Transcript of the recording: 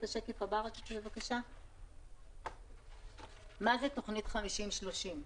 מהי תוכנית "50 עד 30"?